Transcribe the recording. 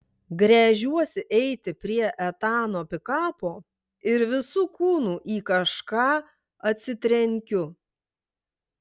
gręžiuosi eiti prie etano pikapo ir visu kūnu į kažką atsitrenkiu